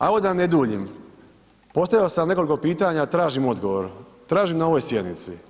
Ali da ne duljim, postavi sam nekoliko pitanja, tražim odgovor, tražim na ovoj sjednici.